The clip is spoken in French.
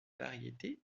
variétés